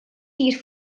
hyd